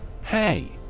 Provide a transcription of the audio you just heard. Hey